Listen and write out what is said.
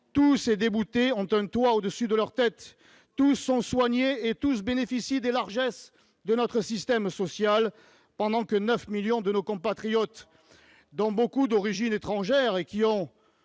tous ces déboutés ont un toit au-dessus de leur tête, tous sont soignés et tous bénéficient des largesses de notre système social, ... N'importe quoi !... tandis que 9 millions de nos compatriotes, dont beaucoup sont d'origine étrangère et essayent